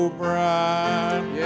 bright